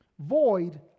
Void